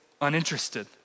uninterested